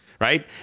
right